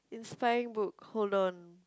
inspiring book hold on